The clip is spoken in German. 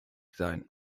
sein